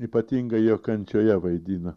ypatingai jo kančioje vaidina